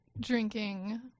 drinking